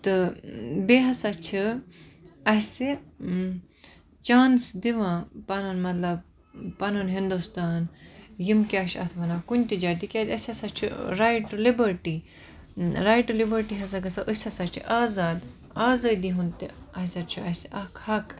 تہٕ بیٚیہِ ہَسا چھِ اَسہِ چانس دِوان پَنُن مَطلَب پَنُن ہِندُستان یِم کیاہ چھِ اتھ وَنان کُنتہِ جایہِ تکیاز اَسہِ ہَسا چھُ right to liberty right to liberty ہَسا گے سۄ أسۍ ہَسا چھِ آزاد آزٲدی ہُنٛد تہِ ہسا چھُ اسہِ اکھ حَق